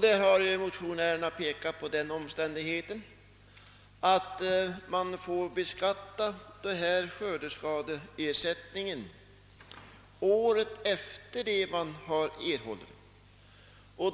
Där har motionärerna pekat på den omständigheten att dessa skördeskadeersättningar beskattas året efter det då de erhållits.